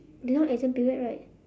they now exam period right